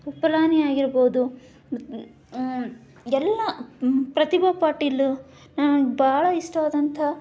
ಕೃಪಲಾನಿಯಾಗಿರ್ಬೋದು ಎಲ್ಲಾ ಪ್ರತಿಭಾ ಪಾಟೀಲ್ ನನಗೆ ಬಹಳ ಇಷ್ಟವಾದಂಥ